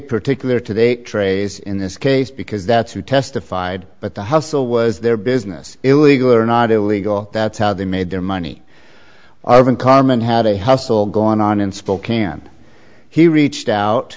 particular today trey's in this case because that's who testified at the hustle was their business illegal or not it legal that's how they made their money are even carmen had a hustle going on in spokane he reached out